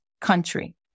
country